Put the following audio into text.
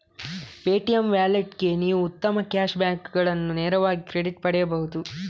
Paytm ವ್ಯಾಲೆಟ್ಗೆ ನೀವು ಉತ್ತಮ ಕ್ಯಾಶ್ ಬ್ಯಾಕುಗಳನ್ನು ನೇರವಾಗಿ ಕ್ರೆಡಿಟ್ ಪಡೆಯಬಹುದು